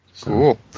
Cool